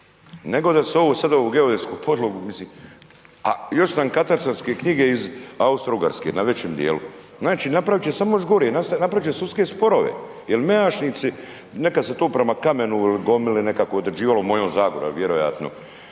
nego da se ovo sada ovu geodetsko podlogu mislim, a još su nam katastarske knjige iz Austro-Ugarske na većem dijelu. Znači, napravit će samo još gore, napravit će sudske sporove jel mejašnici, nekad se to prema kamenu, gomili nekakvoj određivalo u mojoj Zagori, a vjerojatno